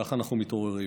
כך אנחנו מתעוררים.